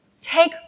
Take